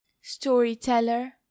storyteller